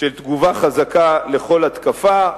של תגובה חזקה לכל התקפה,